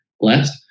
less